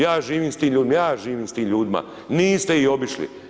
Ja živim s tim ljudima, ja živim s tim ljudima, niste ih obišli.